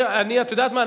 את יודעת מה?